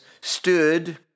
stood